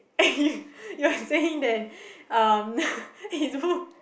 you you're saying that um his book